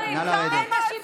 רק גברים, שורה של גברים.